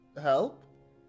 help